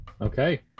Okay